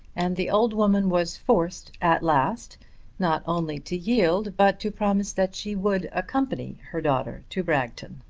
and the old woman was forced at last not only to yield but to promise that she would accompany her daughter to bragton.